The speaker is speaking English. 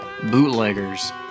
bootleggers